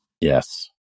Yes